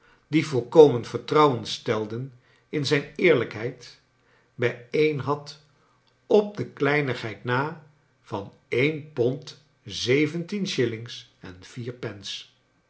die volkomen vertrouwen stelden in zijn eerlrjkheid bijeen had op de kleinigheid na van een pond zeventien shillings en vier pence